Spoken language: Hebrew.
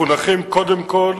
מחונכים קודם כול